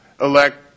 elect